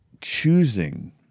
choosing